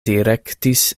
direktis